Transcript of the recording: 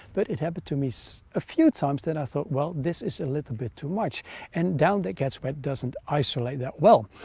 but it happened to me so a few times that i thought well this is a little bit too much and down that gets wet doesn't isolate that well.